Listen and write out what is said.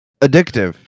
addictive